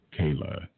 Kayla